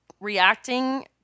reacting